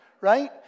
Right